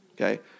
Okay